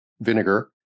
vinegar